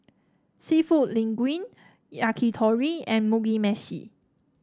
seafood Linguine Yakitori and Mugi Meshi